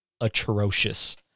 atrocious